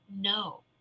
no